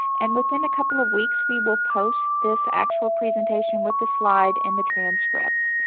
and within a couple of weeks we will post this actual presentation with the slides and the transcript.